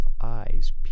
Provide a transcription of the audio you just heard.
eyes